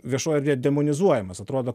viešoj erdvėj demonizuojamas atrodo